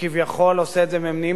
אין דבר רחוק מן האמת מזה.